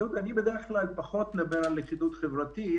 אני בדרך כלל פחות מדבר על לכידות חברתית,